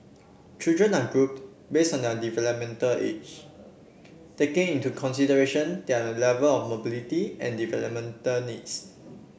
children are grouped base on their developmental age taking into consideration their level of mobility and developmental needs